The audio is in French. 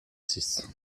six